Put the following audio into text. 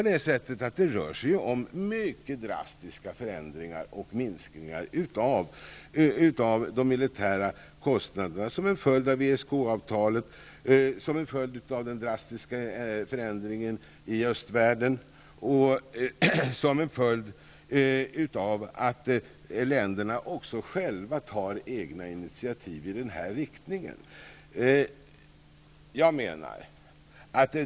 Det rör sig om mycket omfattande förändringar och minskningar av de militära kostnaderna som en följd av ESK-avtalet, den drastiska förändringen i östvärlden och att länderna tar egna initiativ i den riktningen.